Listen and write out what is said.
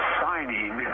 signing